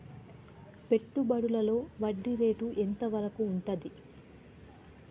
పెట్టుబడులలో వడ్డీ రేటు ఎంత వరకు ఉంటది?